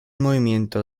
movimiento